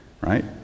Right